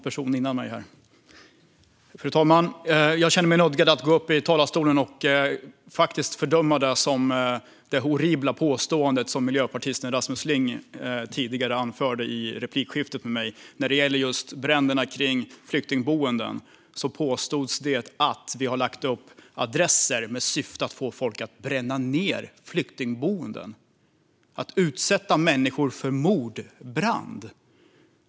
Fru talman! Jag känner mig nödgad att gå upp i talarstolen och fördöma det horribla påstående som miljöpartisten Rasmus Ling kom med tidigare i replikskiftet med mig. När det gäller bränderna på flyktingboenden påstods att vi har lagt upp adresser med syftet att få folk att bränna ned flyktingboenden - att utsätta människor för mordbrand.